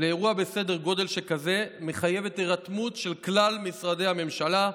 לאירוע בסדר גודל שכזה מחייבת הירתמות של כלל משרדי הממשלה,